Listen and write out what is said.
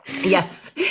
Yes